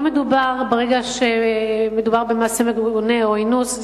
לא מדובר כרגע במעשה מגונה או אינוס,